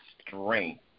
strength